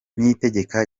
niyitegeka